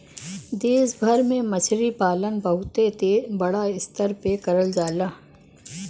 देश भर में मछरी पालन बहुते बड़ा स्तर पे करल जाला